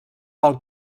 pel